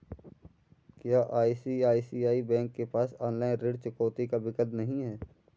क्या ICICI bank के पास ऑनलाइन ऋण चुकौती का विकल्प नहीं है?